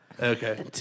Okay